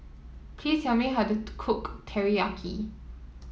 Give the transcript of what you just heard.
please tell me how to cook Teriyaki